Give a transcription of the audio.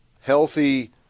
Healthy